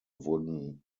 wurden